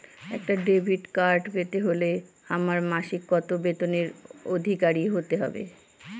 একটা debit card পেতে হলে আমার মাসিক কত বেতনের অধিকারি হতে হবে?